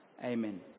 Amen